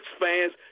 fans